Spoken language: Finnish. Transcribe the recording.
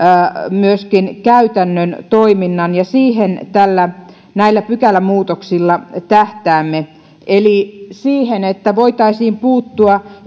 käytännön toiminnan ja siihen näillä pykälämuutoksilla tähtäämme eli siihen että voitaisiin puuttua